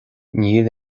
níl